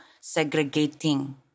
segregating